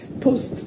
post